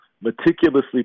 meticulously